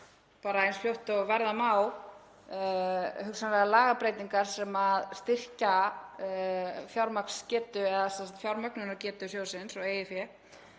bara eins fljótt og verða má, hugsanlegar lagabreytingar sem styrkja fjármögnunargetu sjóðsins og